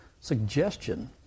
suggestion